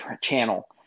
channel